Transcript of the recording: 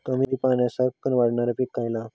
कमी पाण्यात सरक्कन वाढणारा पीक खयला?